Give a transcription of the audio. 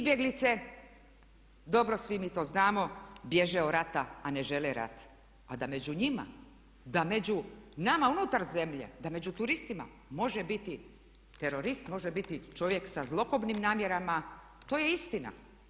Izbjeglice, dobro svi mi to znamo bježe od rata, a ne žele rat, a da među njima, da među nama unutar zemlje, da među turistima može biti terorist, može biti čovjek sa zlokobnim namjerama to je istina.